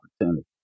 opportunity